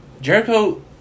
Jericho